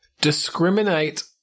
Discriminate